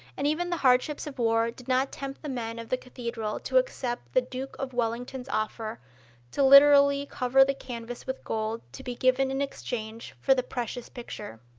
and even the hardships of war did not tempt the men of the cathedral to accept the duke of wellington's offer to literally cover the canvas with gold to be given in exchange for the precious picture.